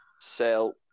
Sell